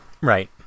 Right